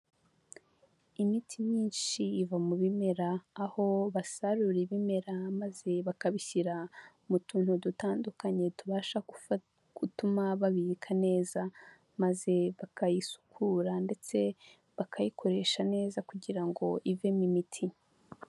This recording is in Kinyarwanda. Imiti myinshi iva mu bimera aho basarura ibimera maze bakabishyira, mu tuntu dutandukanye tubasha gutuma babika neza, maze bakayisukura ndetse bakayikoresha neza kugira ngo ivemo imiti.